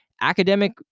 Academic